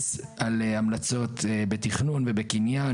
שהמליץ על המלצות בתכנון ובקניין,